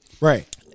Right